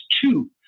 two